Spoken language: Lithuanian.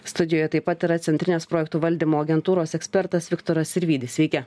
studijoje taip pat yra centrinės projektų valdymo agentūros ekspertas viktoras sirvydis sveiki